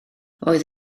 roedd